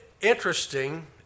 interesting